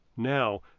Now